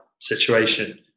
situation